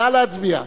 נא להצביע.